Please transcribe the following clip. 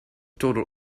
total